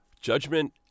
Judgment